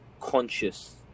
conscious